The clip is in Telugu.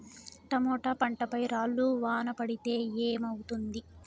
టమోటా పంట పై రాళ్లు వాన పడితే ఏమవుతుంది?